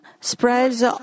spreads